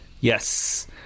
Yes